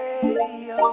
Radio